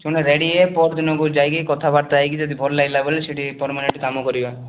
ଶୁଣେ ରେଡ଼ି ହେ ପହରଦିନକୁ ଯାଇକି କଥାବାର୍ତ୍ତା ହେଇକି ସେଠି ଯଦି ଭଲ ଲାଗିଲା ବେଲେ ସେଠି ପରମାନେଣ୍ଟ କାମ କରିବା